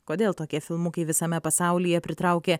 kodėl tokie filmukai visame pasaulyje pritraukė